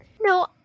No